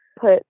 put